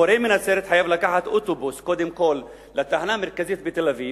מורה מנצרת חייב לקחת אוטובוס קודם כול לתחנה המרכזית בתל-אביב,